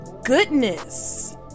goodness